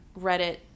Reddit